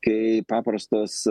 kai paprastos